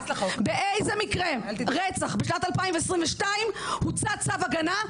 באיזה מקרה רצח בשנת 2022 הוצא צו הגנה,